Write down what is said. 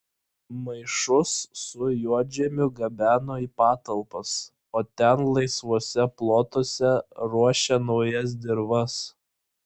maišus su juodžemiu gabeno į patalpas o ten laisvuose plotuose ruošė naujas dirvas